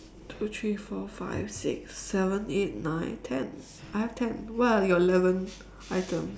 two three four five six seven eight nine ten I have ten what are your eleventh item